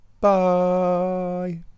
Bye